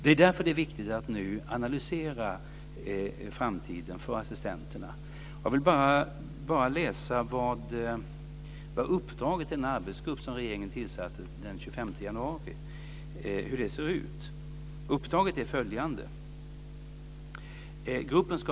Det är därför det är viktigt att nu analysera framtiden för assistenterna. Jag vill bara läsa upp hur uppdraget i den arbetsgrupp som regeringen tillsatte den 25 januari ser ut.